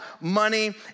money